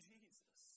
Jesus